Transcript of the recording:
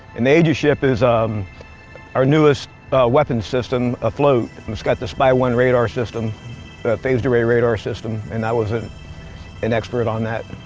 and the aegis ship is um our newest weapons system afloat. and it's got the spy one radar system, a phased array radar system. and i was an an expert on that.